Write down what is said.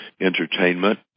entertainment